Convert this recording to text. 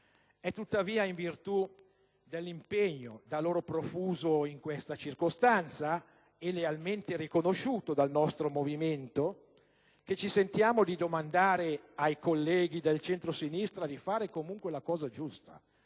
È tuttavia in virtù dell'impegno da loro profuso in questa circostanza, e lealmente riconosciuto dal nostro movimento, che ci sentiamo di domandare ai colleghi del centrosinistra di fare comunque la cosa giusta,